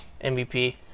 MVP